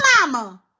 mama